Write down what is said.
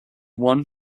won